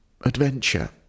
adventure